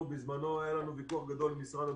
בזמנו היה לנו ויכוח גדול עם משרד הבריאות.